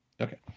okay